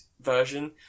version